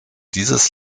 dieses